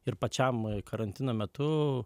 ir pačiam karantino metu